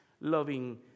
loving